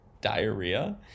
diarrhea